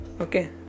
Okay